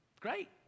Great